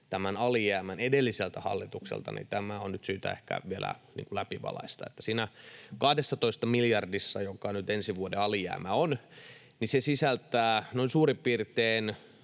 tämän alijäämän edelliseltä hallitukselta, niin tämä on syytä ehkä vielä niin kuin läpivalaista: Se 12 miljardia, joka nyt ensi vuoden alijäämä on, sisältää noin suurin piirtein